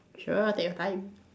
sure take your time